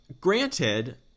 granted